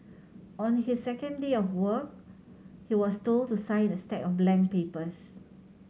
on his second day of work he was told to sign a stack of blank papers